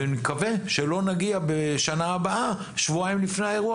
אני מקווה שלא נגיע בשנה הבאה שבועיים לפני האירוע